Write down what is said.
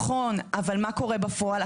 נכון, אבל מה קורה בפועל?